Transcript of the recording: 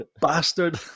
bastard